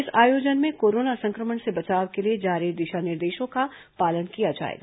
इस आयोजन में कोरोना संक्रमण से बचाव के लिए जारी दिशा निर्देशों का पालन किया जाएगा